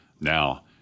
now